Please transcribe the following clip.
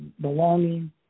belonging